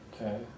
Okay